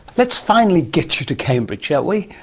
let's finally get you to cambridge, shall we?